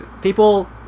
People